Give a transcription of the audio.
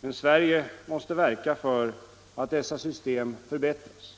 Men Sverige måste verka för att dessa system förbättras.